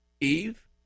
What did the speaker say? Eve